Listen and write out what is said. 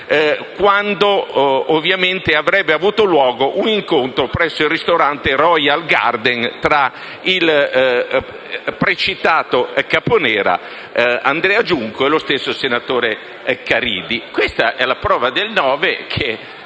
quando avrebbe avuto luogo un incontro presso il ristorante Royal Garden tra il precitato Caponera, Andrea Giunco e lo stesso senatore Caridi. Questa è la prova del nove che